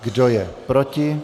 Kdo je proti?